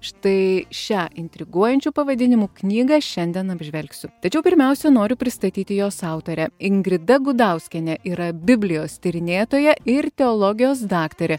štai šią intriguojančiu pavadinimu knygą šiandien apžvelgsiu tačiau pirmiausia noriu pristatyti jos autorę ingrida gudauskienė yra biblijos tyrinėtoja ir teologijos daktarė